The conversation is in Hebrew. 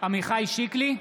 עמיחי שיקלי,